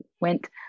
went